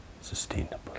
sustainable